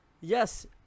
yes